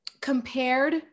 compared